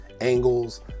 angles